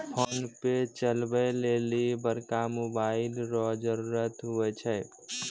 PhonePe चलबै लेली बड़का मोबाइल रो जरुरत हुवै छै